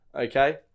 Okay